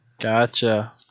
Gotcha